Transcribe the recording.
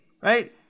right